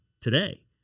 today